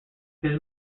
his